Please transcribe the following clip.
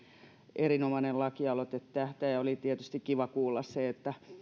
erinomainen lakialoite tähtää oli tietysti kiva kuulla se että